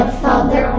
father